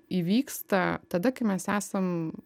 įvyksta tada kai mes esam